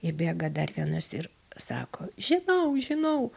įbėga dar vienas ir sako žinau žinau